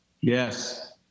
Yes